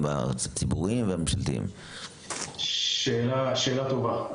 בארץ הציבוריים והממשלתיים שאלה טובה,